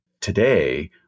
today